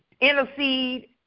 intercede